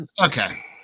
okay